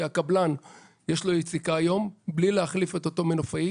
כי לקבלן יש יציקה היום בלי להחליף את אותו מנופאי